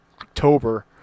october